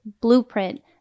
blueprint